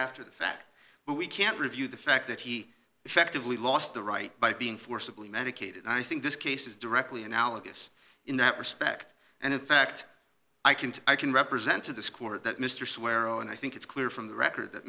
after the fact but we can't review the fact that he effectively lost the right by being forcibly medicated i think this case is directly analogous in that respect and in fact i can i can represent to this court that mr swear o and i think it's clear from the record that